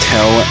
Tell